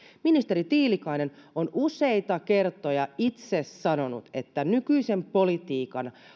ministeri tiilikainen on useita kertoja itse sanonut että nykyisen politiikan